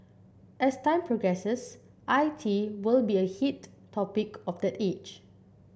as time progresses I T will be a heat topic of that age